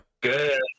Good